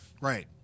Right